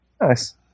Nice